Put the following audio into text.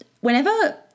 whenever